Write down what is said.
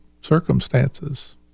circumstances